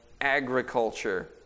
agriculture